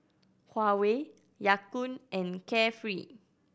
Huawei Ya Kun and Carefree